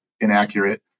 inaccurate